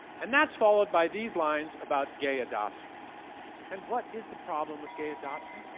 and that's followed by these lines about gay adoption and what is the problem with gay adoption?